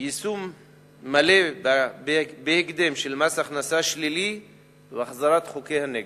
יישום מלא בהקדם של מס הכנסה שלילי והחזרת חוקי הנגב,